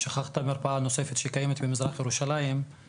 שכחת מרפאה נוספת שקיימת במזרח ירושלים,